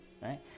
right